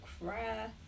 cry